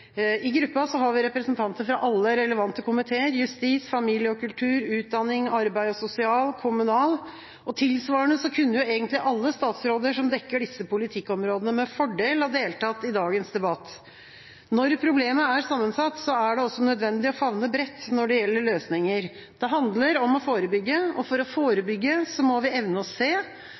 I gruppa har vi representanter fra alle relevante komiteer – justiskomiteen, familie- og kulturkomiteen, kirke-, utdannings- og forskningskomiteen, arbeids- og sosialkomiteen, kommunal- og forvaltningskomiteen. Tilsvarende kunne egentlig alle statsråder som dekker disse politikkområdene, med fordel ha deltatt i dagens debatt. Når problemet er sammensatt, er det også nødvendig å favne bredt når det gjelder løsninger. Det handler om å forebygge. For å forebygge må vi evne å se.